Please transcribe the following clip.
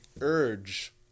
urge